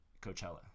coachella